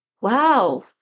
wow